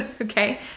Okay